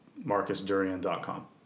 MarcusDurian.com